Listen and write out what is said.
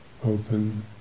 open